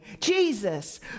Jesus